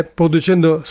producendo